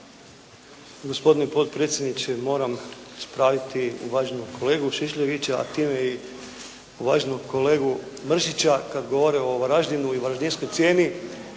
Gospodine potpredsjedniče, moram ispraviti uvaženog kolegu Šišljagića, a time i uvaženog kolegu Mršića kad govore o Varaždinu i Varaždinskoj cijeni.